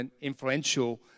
Influential